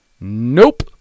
Nope